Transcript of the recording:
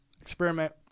experiment